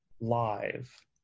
live